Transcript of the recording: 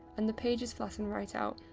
and the pages flatten right out.